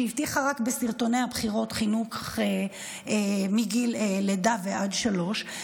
שהבטיחה רק בסרטוני הבחירות חינוך מגיל לידה ועד גיל שלוש,